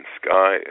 sky